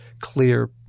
clear